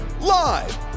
live